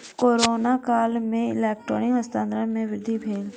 corona काल में electronic हस्तांतरण में वृद्धि भेल